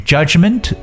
Judgment